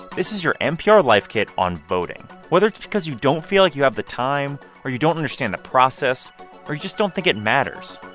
this is your npr life kit on voting. whether it's because you don't feel like you have the time or you don't understand the process or you just don't think it matters,